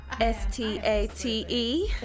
S-T-A-T-E